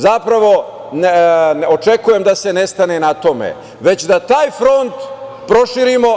Zapravo, očekujem da se ne stane na tome, već da taj front proširimo.